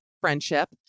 friendship